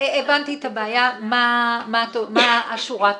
הבנתי את הבעיה, מה השורה התחתונה.